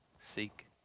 seek